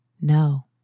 no